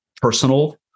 personal